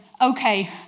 okay